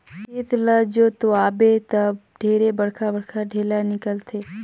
खेत ल जोतवाबे त ढेरे बड़खा बड़खा ढ़ेला निकलथे